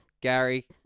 Gary